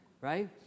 right